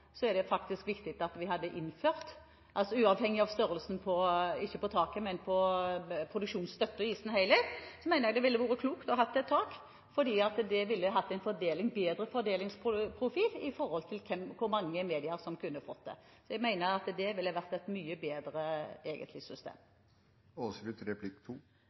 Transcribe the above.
så det vil bli fulgt opp. Når det gjelder omfanget på produksjonstilskuddet, mener jeg at nettopp derfor er det svært viktig – uavhengig av størrelsen på produksjonsstøtten i sin helhet – at vi hadde innført et tak. Jeg mener det ville vært klokt å ha et tak, for det ville gitt en bedre fordelingsprofil med hensyn til hvor mange medier som kunne fått det. Så jeg mener at det ville vært et mye bedre